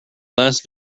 last